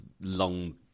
long